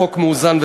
חברי הכנסת,